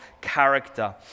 character